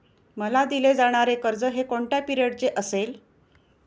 मला दिले जाणारे कर्ज हे कोणत्या पिरियडचे असेल?